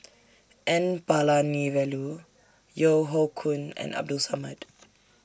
N Palanivelu Yeo Hoe Koon and Abdul Samad